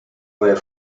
were